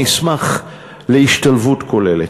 אני אשמח להשתלבות כוללת.